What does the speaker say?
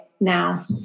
now